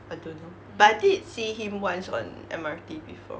I don't know but I did see him once on M_R_T before